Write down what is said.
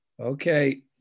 Okay